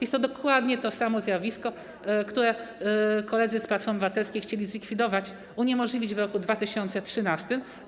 Jest to dokładnie to samo zjawisko, które koledzy z Platformy Obywatelskiej chcieli zlikwidować, uniemożliwić w roku 2013.